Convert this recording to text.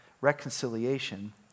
reconciliation